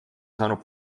saanud